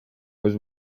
was